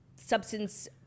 substance